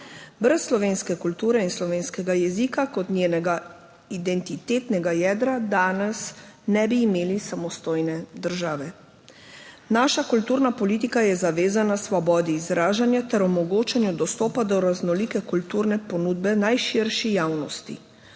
Brez slovenske kulture in slovenskega jezika kot njenega identitetnega jedra danes ne bi imeli samostojne države. Naša kulturna politika je zavezana svobodi izražanja ter omogočanju dostopa do raznolike kulturne ponudbe najširši javnosti.